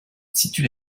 situe